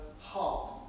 heart